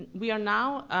we are now,